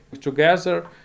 together